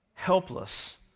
Helpless